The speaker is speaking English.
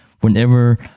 whenever